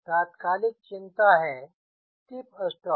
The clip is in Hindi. तात्कालिक चिंता है टिप स्टाल